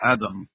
Adam